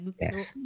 Yes